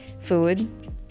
food